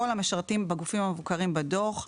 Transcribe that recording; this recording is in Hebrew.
כל המשרתים בגופים המבוקרים בדוח,